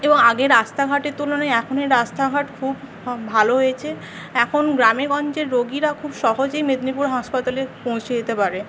এবং আগের রাস্তাঘাটের তুলনায় এখনের রাস্তাঘাট খুব ভালো হয়েছে এখন গ্রামেগঞ্জের রোগীরা খুব সহজেই মেদিনীপুর হাসপাতালে পৌঁছে যেতে পারে